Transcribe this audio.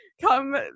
come